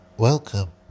Welcome